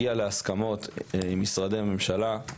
הגיעה להסכמות עם משרדי הממשלה,